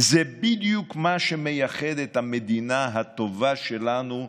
זה בדיוק מה שמייחד את המדינה הטובה שלנו,